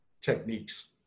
techniques